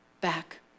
back